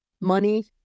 money